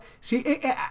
see